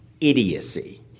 idiocy